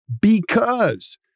because-